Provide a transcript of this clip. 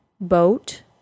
boat